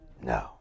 No